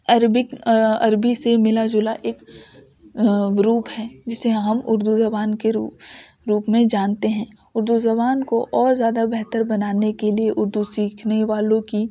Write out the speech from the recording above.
Arabic Arabi سے ملا جلا ایک روپ ہے جسے ہم اردو زبان کے روپ میں جانتے ہیں اردو زبان کو اور زیادہ بہتر بنانے کے لیے اردو سیکھنے والوں کی